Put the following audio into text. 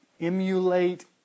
emulate